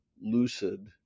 lucid